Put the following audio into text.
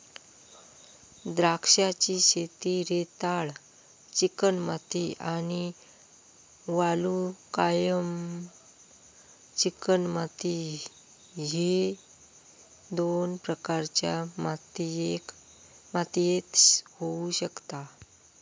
द्राक्षांची शेती रेताळ चिकणमाती आणि वालुकामय चिकणमाती ह्य दोन प्रकारच्या मातीयेत होऊ शकता